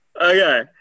Okay